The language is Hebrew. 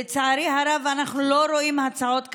לצערי הרב, אנחנו לא רואים הצעות כאלה,